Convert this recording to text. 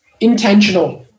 intentional